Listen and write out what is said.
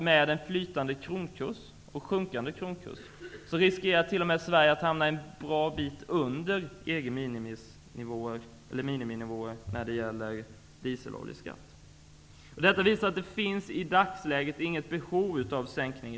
Med en flytande och sjunkande kronkurs riskerar t.o.m. Sverige att hamna en bra bit under EG:s mininivåer när det gäller dieseloljeskatt, som Per Kågeson för ett par veckor sedan poängterade på DN Debatt. Detta visar att det i dagsläget inte finns något behov av en sänkning.